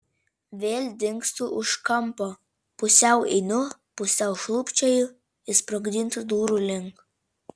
vėl dingstu už kampo pusiau einu pusiau šlubčioju išsprogdintų durų link